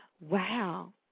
Wow